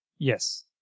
Yes